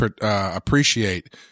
appreciate